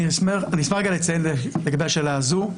אני אשמח לציין נקודה בנוגע לנושא הזה.